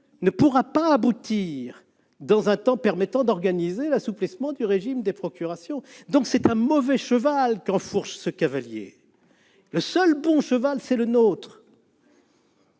ne pourra pas être adopté dans un délai qui permettrait d'organiser l'assouplissement du régime des procurations. C'est donc un mauvais cheval qu'enfourche ce cavalier ; le seul bon cheval, c'est le nôtre